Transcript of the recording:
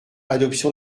adoption